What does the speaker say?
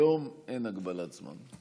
היום אין הגבלת זמן.